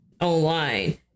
online